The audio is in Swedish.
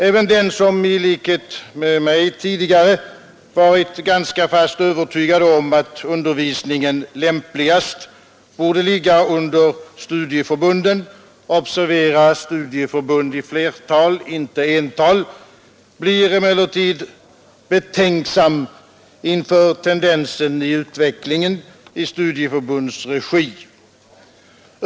Även den som i likhet med mig tidigare varit ganska fast övertygad om att undervisningen lämpligast borde ligga under studieförbunden — observera: studieförbund i flertal, inte ental — blir emellertid betänksam inför tendensen i utvecklingen i studieförbundens regi.